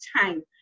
time